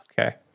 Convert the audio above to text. Okay